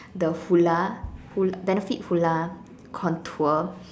the Hoola Hoo~ benefit Hoola contour